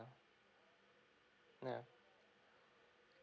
yeah